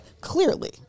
clearly